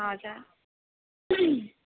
हजुर